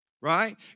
Right